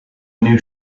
new